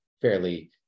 fairly